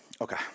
okay